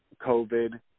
COVID